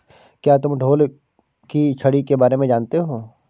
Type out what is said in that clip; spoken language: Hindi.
क्या तुम ढोल की छड़ी के बारे में जानते हो?